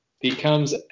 becomes